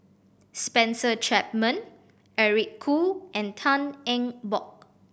Spencer Chapman Eric Khoo and Tan Eng Bock